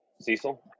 Cecil